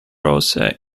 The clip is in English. rosa